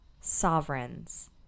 sovereigns